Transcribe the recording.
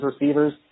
receivers